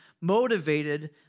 motivated